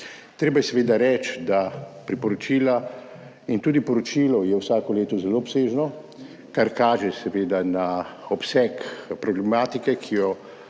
Treba je seveda reči, da so priporočila in tudi poročilo vsako leto zelo obsežni, kar kaže seveda na obseg problematike, ki jo